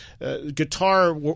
guitar